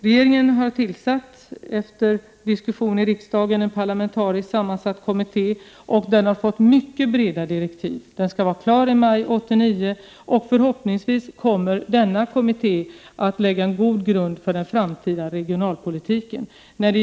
Regeringen har efter diskussioner i riksdagen tillsatt en parlamentariskt sammansatt kommitté som har fått mycket breda direktiv, och den skall ha avslutat sitt arbete i maj 1989. Förhoppningsvis kommer denna kommitté att lägga en god grund för den framtida regionalpolitiken.